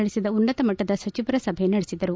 ನಡೆಸಿದ ಉನ್ನತಮಟ್ಟದ ಸಚಿವರ ಸಭೆ ನಡೆಸಿದರು